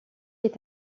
est